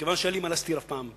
מכיוון שאין לי מה להסתיר אף פעם.